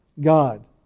God